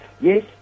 Yes